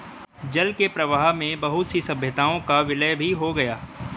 जल के प्रवाह में बहुत सी सभ्यताओं का विलय भी हो गया